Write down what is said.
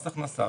מס הכנסה,